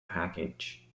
package